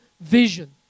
vision